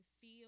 feel